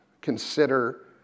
consider